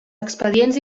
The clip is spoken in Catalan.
expedients